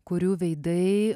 kurių veidai